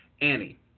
Annie